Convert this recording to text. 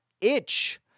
itch